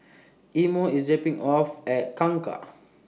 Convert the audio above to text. Imo IS dropping off At Kangkar